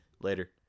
Later